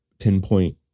pinpoint